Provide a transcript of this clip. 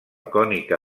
cònica